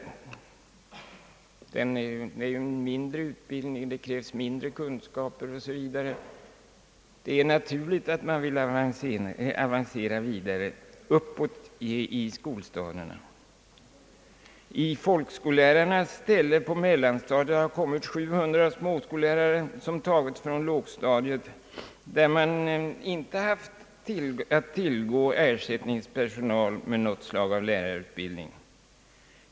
Lärarna på lågstadiet har kortare utbildning och mindre kunskaper än Övriga lärare. Det är då naturligt att de vill avancera uppåt i skolstadierna. I folkskollärarnas ställe på mellanstadiet har kommit 700 småskollärare som har tagits från lågstadiet, där man sedan inte har haft att tillgå ersättningspersonal med något slag av lärarutbildning.